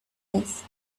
less